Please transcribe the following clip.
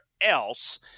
else